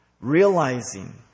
realizing